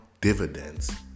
dividends